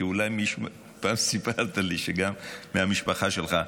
כי פעם סיפרת לי שגם מהמשפחה שלך,